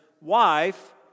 wife